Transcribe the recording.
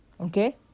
Okay